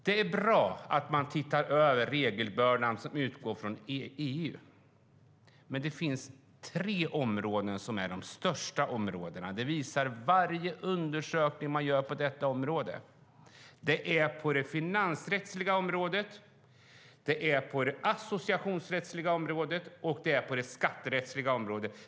Det är bra att man tittar över den regelbörda som utgår från EU. Varje undersökning man gör på detta område visar att det finns tre områden som är störst: det finansrättsliga, det associationsrättsliga och det skatterättsliga området.